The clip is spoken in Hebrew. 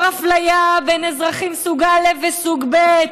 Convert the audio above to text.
אפליה בין אזרחים סוג א' לסוג ב',